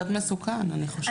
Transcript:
קצת מסוכן אני חושבת.